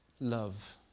love